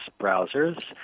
browsers